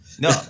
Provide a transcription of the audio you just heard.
No